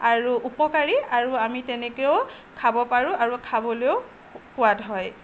আৰু উপকাৰী আৰু আমি তেনেকৈও খাব পাৰোঁ আৰু খাবলৈয়ো সোৱাদ হয়